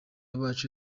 bacu